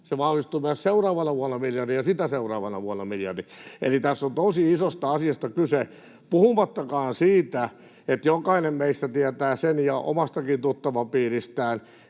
se vahvistuu myös seuraavana vuonna miljardin ja sitä seuraavana vuonna miljardin. Eli tässä on tosi isosta asiasta kyse. Puhumattakaan siitä, että jokainen meistä tietää sen, omastakin tuttavapiiristään,